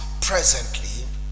presently